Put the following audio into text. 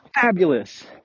fabulous